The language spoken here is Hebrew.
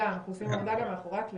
אנחנו עושים עבודה גם מאחורי הקלעים,